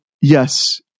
yes